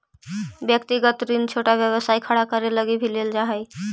व्यक्तिगत ऋण छोटा व्यवसाय खड़ा करे लगी भी लेल जा हई